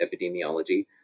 epidemiology